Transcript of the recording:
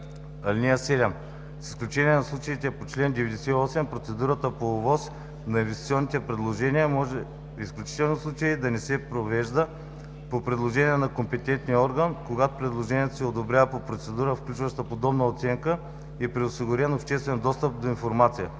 явления. (7) С изключение на случаите по чл. 98 процедурата по ОВОС на инвестиционни предложения може в изключителни случаи да не се провежда – по предложение на компетентния орган, когато предложенията се одобряват по процедура, включваща подобна оценка и при осигурен обществен достъп до информацията.